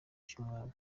cy’ubwami